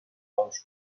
خاموش